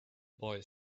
boy